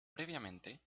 previamente